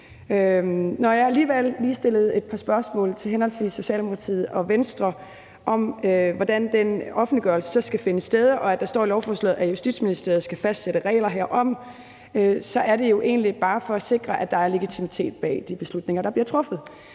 Når jeg alligevel lige stillede et par spørgsmål til henholdsvis Socialdemokratiet og Venstre om, hvordan den offentliggørelse så skal finde sted, og når der står i lovforslaget, at Justitsministeriet skal fastsætte regler herom, så er det jo egentlig bare for at sikre, at der er legitimitet bag de beslutninger, der bliver truffet.